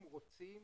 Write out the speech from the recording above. אם רוצים,